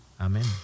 amen